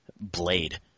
Blade